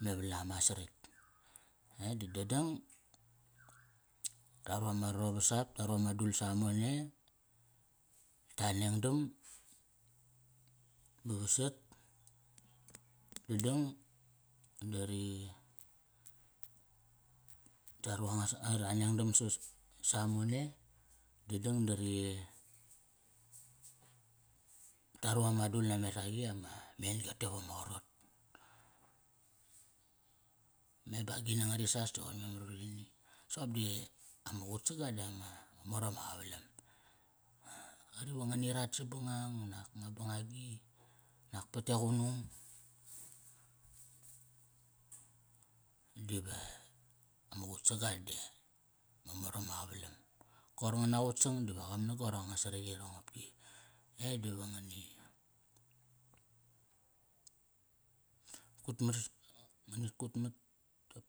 Me valam a saratk. E da dadang ta ru ama rovas ap, ta ru ama dul ru ama samone, natk ta anengdam ba vasat dadang da ri, ta ru anga, ra anengdam sa, dadang da ri, ta ru ama dul nameraq, amen-gi te vama qarot. Me ba agini ngari sasta qoir memar varini. Soqop di, ama qutsaga di ama mor am ama qavalam. Q ari va ngani rat sabangang unak na bangagi, nak at e qunung dive ama qutsaga di ama mor am ma qavalam. Koir nga na qutsang dive qam na gorong nga saraiyirong qopki. E diva ngani